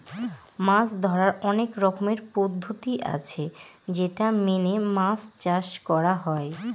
মাছ ধরার অনেক রকমের পদ্ধতি আছে যেটা মেনে মাছ চাষ করা হয়